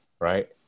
right